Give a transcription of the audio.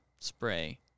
spray